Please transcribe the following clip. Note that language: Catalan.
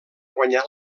guanyar